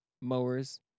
mowers